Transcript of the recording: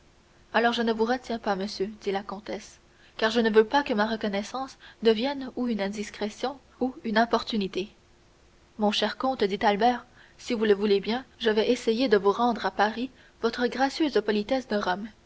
alors je ne vous retiens pas monsieur dit la comtesse car je ne veux pas que ma reconnaissance devienne ou une indiscrétion ou une importunité mon cher comte dit albert si vous le voulez bien je vais essayer de vous rendre à paris votre gracieuse politesse de rome